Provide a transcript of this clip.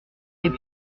les